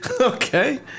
Okay